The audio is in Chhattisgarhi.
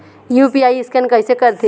यू.पी.आई स्कैन कइसे करथे?